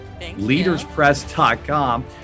leaderspress.com